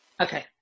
Okay